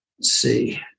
see